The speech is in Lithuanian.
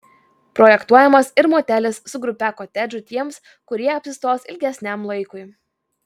projektuojamas ir motelis su grupe kotedžų tiems kurie apsistos ilgesniam laikui